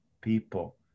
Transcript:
people